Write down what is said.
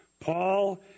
Paul